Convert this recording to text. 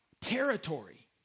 territory